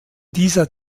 dieser